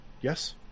Yes